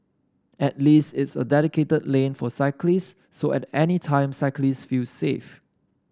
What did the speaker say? at least it's a dedicated lane for cyclists so at any time cyclists feel safe